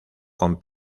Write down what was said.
con